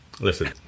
Listen